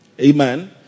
Amen